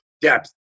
depth